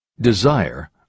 Desire